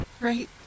Right